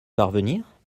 parvenir